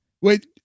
Wait